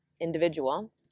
individual